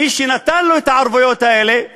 מי שנתן לו את הערבויות האלה,